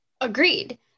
Agreed